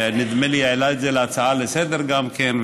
ונדמה לי שהוא העלה את זה בהצעה לסדר-היום גם כן,